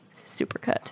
supercut